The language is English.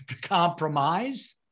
compromise